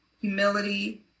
humility